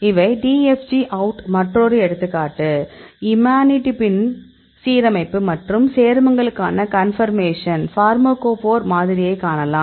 இவை DFG அவுட்டுக்கு மற்றொரு எடுத்துக்காட்டு இமாடினிபின் சீரமைப்பு மற்றும் சேர்மங்களுக்கான கன்பர்மேஷன் ஃபார்மகோபோர் மாதிரியை காணலாம்